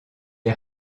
est